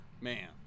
Man